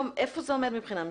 איפה זה עומד היום מבחינה משפטית?